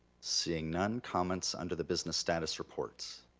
seeing none, comments under the business status reports.